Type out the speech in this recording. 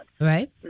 Right